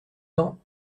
dents